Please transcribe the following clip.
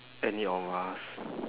any of us